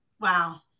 Wow